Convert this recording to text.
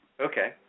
okay